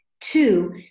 Two